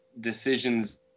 decisions